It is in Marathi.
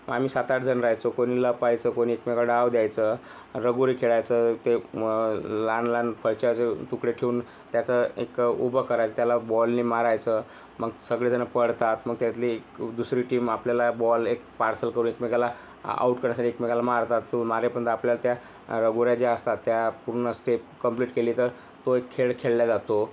आम्ही सात आठजण राहायचो कोणी लपायचं कोणी एकमेकावर डाव द्यायचं लगोरी खेळायचं ते लहानलहान फरशाचे तुकडे ठेवून त्याचा एक उभं करायचं त्याला बॉलने मारायचं मग सगळेजण पळतात मग त्यातली एक दुसरी टीम आपल्याला बॉल एक पार्सल करू एकमेकाला आऊट करण्यासाठी एकमेकाला मारतात ते मारेपर्यंत आपल्याला त्या लगोऱ्या ज्या असतात त्या पूर्ण स्टेप कम्प्लीट केली तर तो एक खेळ खेळला जातो